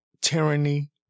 tyranny